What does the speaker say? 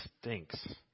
stinks